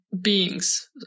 beings